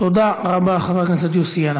תודה רבה, חבר הכנסת יוסי יונה.